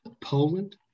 Poland